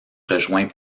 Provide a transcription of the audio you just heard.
rejoint